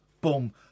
boom